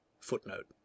Footnote